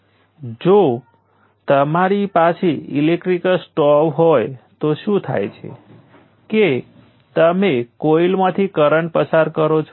તેથી V1 એ સમગ્ર વોલ્ટેજ સોર્સમાં વોલ્ટેજ છે I1 એ વોલ્ટેજ સોર્સ દ્વારા કરંટ છે અને તે સ્પષ્ટ છે કે મેં આ માટે પેસિવ સાઇન કન્વેન્શન પસંદ કર્યું છે